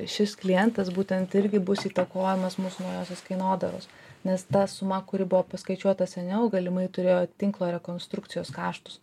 šis klientas būtent irgi bus įtakojamas mūsų naujosios kainodaros nes ta suma kuri buvo paskaičiuota seniau galimai turėjo tinklo rekonstrukcijos kaštus